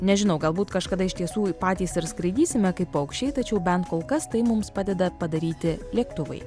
nežinau galbūt kažkada iš tiesų patys ir skraidysime kaip paukščiai tačiau bent kol kas tai mums padeda padaryti lėktuvai